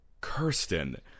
Kirsten